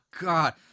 God